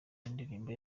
y’indirimbo